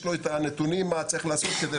יש לו את הנתונים והמידע מה צריך לעשות.